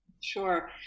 Sure